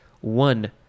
one